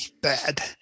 bad